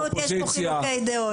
עובדה שיש פה חילוקי דעות.